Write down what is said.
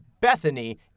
Bethany